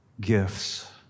gifts